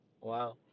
wow